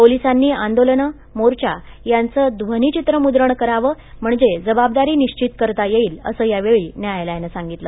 पोलिसांनी आंदोलन मोर्चा यांचं ध्वनीचित्रमुद्रण करावं म्हणजे जबाबदारी निश्वित करता येईल असं या वेळी न्यायालयानं सांगितलं